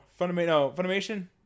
Funimation